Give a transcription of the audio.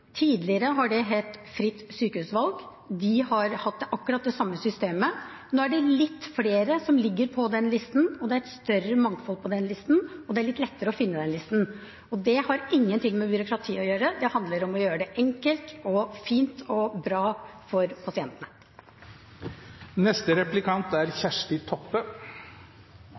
Tidligere har det hett fritt sykehusvalg. De har hatt akkurat det samme systemet. Nå er det litt flere som står på den listen, det er et større mangfold på den listen, og det er litt lettere å finne den listen. Det har ingenting med byråkrati å gjøre. Det handler om å gjøre det enkelt, fint og bra for